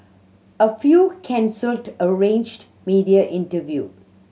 a few cancelled arranged media interview